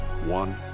One